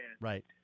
Right